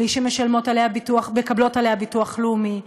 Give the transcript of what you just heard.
בלי שמקבלות עליה ביטוח לאומי,